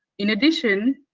in addition,